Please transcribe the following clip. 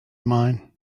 mine